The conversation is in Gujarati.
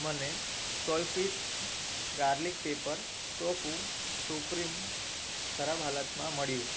મને Soyfit garlic pepper tofu supreme ખરાબ હાલતમાં મળ્યું